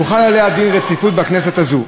והוחל עליה דין רציפות בכנסת הזו,